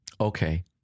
Okay